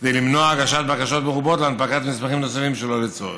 כדי למנוע הגשת בקשות מרובות להנפקת מסמכים נוספים שלא לצורך.